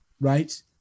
Right